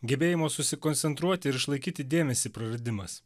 gebėjimo susikoncentruoti ir išlaikyti dėmesį praradimas